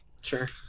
Sure